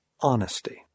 honesty